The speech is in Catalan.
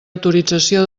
autorització